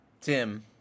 Tim